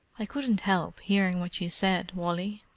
i couldn't help hearing what you said, wally.